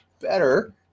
better